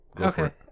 okay